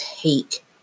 take